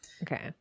Okay